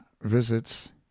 visits